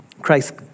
Christ